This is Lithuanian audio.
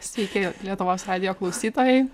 sveiki lietuvos radijo klausytojai